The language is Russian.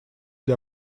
для